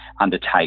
undertake